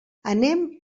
anem